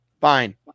Fine